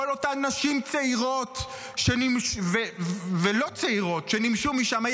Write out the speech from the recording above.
כל אותן נשים צעירות ולא צעירות שנמשו משם,